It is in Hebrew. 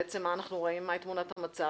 בעצם מה היא תמונת המצב?